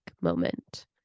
moment